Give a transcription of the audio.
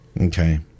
Okay